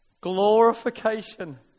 Glorification